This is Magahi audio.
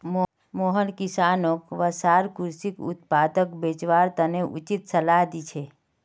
मोहन किसानोंक वसार कृषि उत्पादक बेचवार तने उचित सलाह दी छे